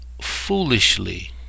foolishly